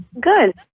Good